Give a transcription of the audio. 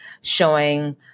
showing